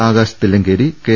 Akash Thillankeri K